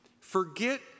forget